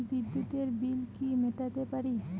বিদ্যুতের বিল কি মেটাতে পারি?